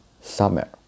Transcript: summer